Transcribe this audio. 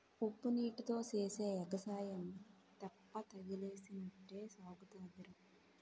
ఉప్పునీటీతో సేసే ఎగసాయం తెప్పతగలేసినట్టే సాగుతాదిరా